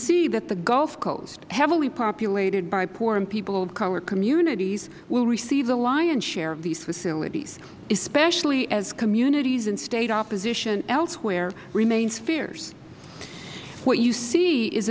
see that the gulf coast heavily populated by poor and people of color communities will receive the lion's share of these facilities especially as communities and state opposition elsewhere remains fierce what you see is